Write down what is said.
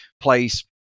place